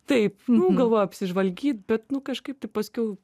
taip nu galvojau apsižvalgyt bet nu kažkaip tai paskiau